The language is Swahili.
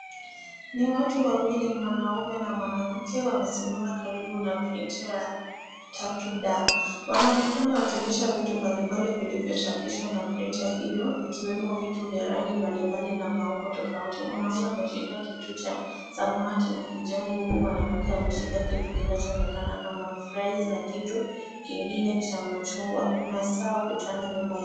Ni watu wawili, mwanaume na mwanamke wamesimama karibu na printer ya tatu D . Wanaonekana wakionyesha vitu mbalimbali vilivyochapishwa na printer hiyo ikiwemo vitu vya rangi mbalimbali na maumbo tofauti. Mwanamme ameshika kitu cha samawati na kijani huku mwanamke ameshika kitu kinachoonekana kama fries na kitu kingine cha machungwa. Kuna saa ukutani nyuma yao.